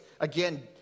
again